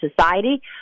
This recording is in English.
society